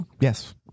yes